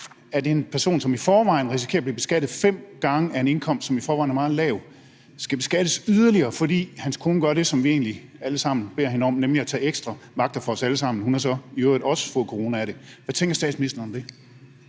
at en person, som i forvejen risikerer at blive beskattet fem gange af en indkomst, som i forvejen er meget lav, skal beskattes yderligere, fordi hans kone gør det, som vi egentlig alle sammen beder hende om, nemlig at tage ekstra vagter for os alle sammen? Hun har så i øvrigt også fået corona af det. Hvad tænker statsministeren om det?